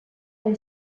der